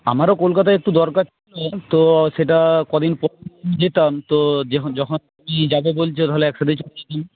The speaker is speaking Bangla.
আমারও কলকাতায় একটু দরকার তো সেটা কদিন যেতাম তো যখন তুমি যাবে বলছ তাহলে একসাথেই